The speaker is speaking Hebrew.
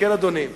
יואל,